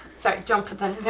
sorry don't put that in there.